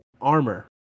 armor